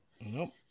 Nope